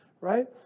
right